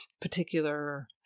particular